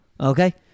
okay